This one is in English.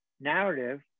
narrative